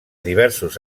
diversos